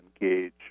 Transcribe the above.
engage